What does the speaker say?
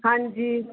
ਹਾਂਜੀ